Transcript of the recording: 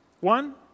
One